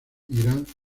irán